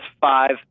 five